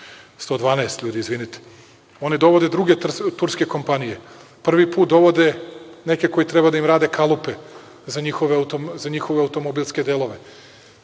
112 ljudi, oni dovode druge turske kompanije. Prvi put dovode neke koji treba da im rade kalupe za njihove automobilske delove.